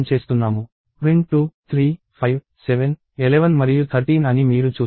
print 2 3 5 7 11 మరియు 13 అని మీరు చూస్తారు